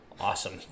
Awesome